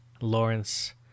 lawrence